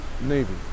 Navy